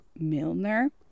Milner